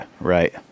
right